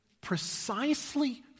Precisely